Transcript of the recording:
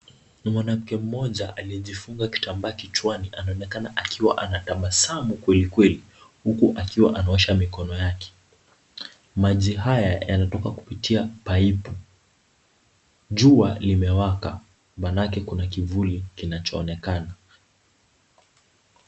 Mwanamke mmoja aliyejifunga kitambaa kichwani anaonekana akitabasamu kwelikweli huku akiwa anaosha mikono yake. Maji haya yanatoka kupitia paipu . Jua limewaka manake kuna kivuli kinachoonekana.